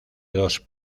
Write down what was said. dos